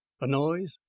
a noise?